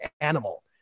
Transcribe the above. animal